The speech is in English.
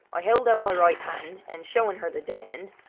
i held out my right hand, and, showing her the diamond,